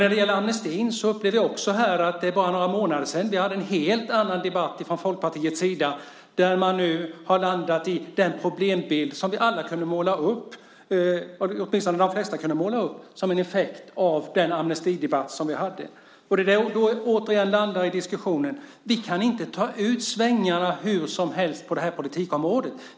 När det gäller amnesti vill jag säga att vi för bara några månader sedan hade en helt annan debatt från Folkpartiets sida. Nu har man landat i den problembild som vi alla, eller åtminstone de flesta, kunde måla upp som en effekt av den amnestidebatt som vi hade. Nu landar vi återigen i denna diskussion. Vi kan inte ta ut svängarna hur som helst på detta politikområde.